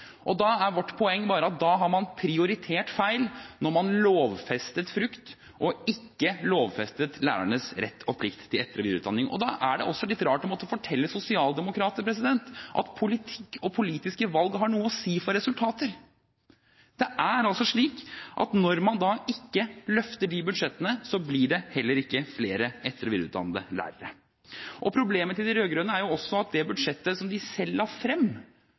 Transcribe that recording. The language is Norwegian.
feil da man lovfestet frukt og ikke lærernes rett og plikt til etter- og videreutdanning. Det er også litt rart å måtte fortelle sosialdemokrater at politikk og politiske valg har noe å si for resultater. Det er slik at når man ikke løfter de budsjettene, så blir det heller ikke flere etter- og videreutdannede lærere. Problemet til de rød-grønne er jo også at det budsjettet som de selv la frem,